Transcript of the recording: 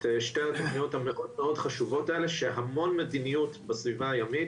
שתי התוכניות המאוד חשובות האלה שהמון מדיניות בסביבה הימית,